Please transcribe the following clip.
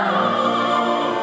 oh